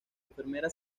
enfermera